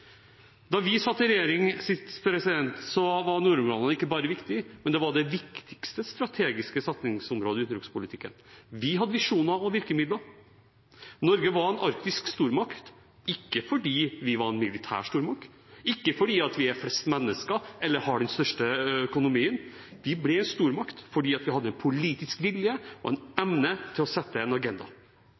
Da vi satt i regjering sist, var nordområdene ikke bare viktig, men det var det viktigste strategiske satsingsområdet i utenrikspolitikken. Vi hadde visjoner og virkemidler. Norge var en arktisk stormakt – ikke fordi vi var en militær stormakt, ikke fordi vi er flest mennesker eller har den største økonomien. Vi ble en stormakt fordi vi hadde politisk vilje og evne til å sette en agenda.